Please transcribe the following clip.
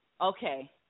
okay